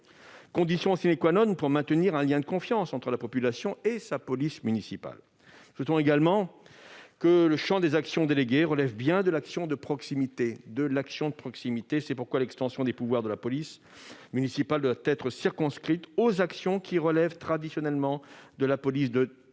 condition pour maintenir un lien de confiance entre la population et sa police municipale. Nous souhaitons également que le champ des actions déléguées relève bien de l'action de proximité. C'est pourquoi l'extension des pouvoirs de la police municipale doit être circonscrite aux actions qui relèvent traditionnellement de la police de la